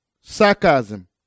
sarcasm